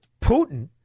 Putin